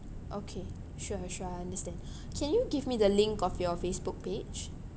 okay sure sure I understand can you give me the link of your facebook page